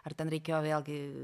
ar ten reikėjo vėlgi